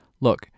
look